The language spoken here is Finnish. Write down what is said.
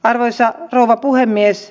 arvoisa rouva puhemies